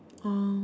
oh